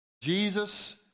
Jesus